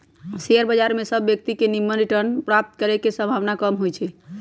share बजार में सभ व्यक्तिय के निम्मन रिटर्न प्राप्त करे के संभावना कम होइ छइ